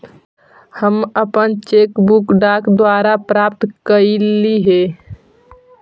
हम अपन cheque book डाक द्वारा प्राप्त कईली हे